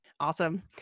awesome